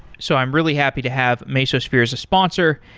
so i'm really happy to have mesosphere as a sponsor,